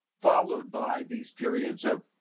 followed by these periods of